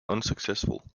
unsuccessful